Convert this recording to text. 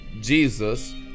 Jesus